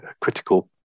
critical